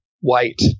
white